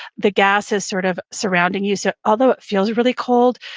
the gas is sort of surrounding you, so although it feels really cold,